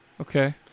okay